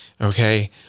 Okay